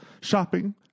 shopping